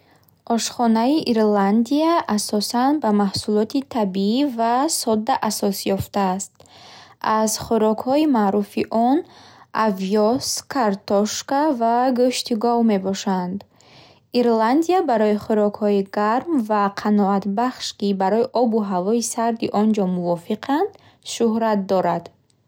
Ошхонаи Ирландия асосан ба маҳсулоти табиӣ ва содда асос ёфтааст. Аз хӯрокҳои маъруфи он овёс, картошка ва гӯшти гов мебошанд. Ирландия барои хӯрокҳои гарм ва қаноатбахш, ки барои обу ҳавои сарди он ҷо мувофиқанд, шӯҳрат дорад.